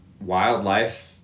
wildlife